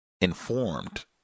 informed